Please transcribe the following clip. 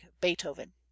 Beethoven